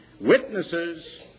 witnesses